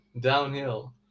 Downhill